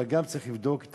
אבל גם צריך לבדוק את